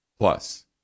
Plus